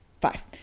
Five